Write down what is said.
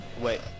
Wait